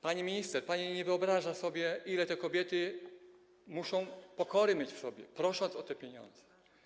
Pani minister, pani nie wyobraża sobie, ile te kobiety muszą mieć w sobie pokory, prosząc o te pieniądze.